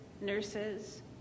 nurses